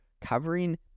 covering